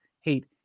hate